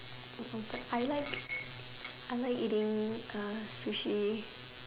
I like I like eating er sushi